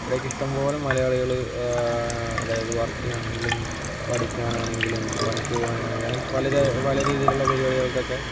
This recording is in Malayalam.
ഇവിടൊക്കെ ഇഷ്ടംപോലെ മലയാളികള് അതായത് വർക്കിന് ആണെങ്കിലും പഠിക്കാൻ ആണെങ്കിലും പണിക്കു പോവാൻ ആണെങ്കിലും അങ്ങനത്തെ പല പല രീതിയിലുള്ള പരിപാടികൾക്കൊക്കെ